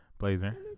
Blazer